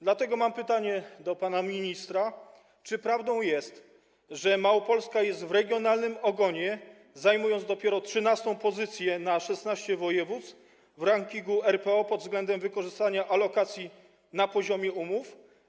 Dlatego mam pytanie do pana ministra: Czy prawdą jest, że Małopolska jest wśród regionów w ogonie, zajmując dopiero 13. pozycję na 16 województw, w rankingu RPO pod względem wykorzystania alokacji na poziomie umów?